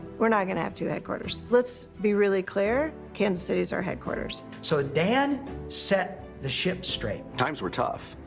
we're not going to have two headquarters. let's be really clear, kansas city is our headquarters. so dan set the ship straight. times were tough,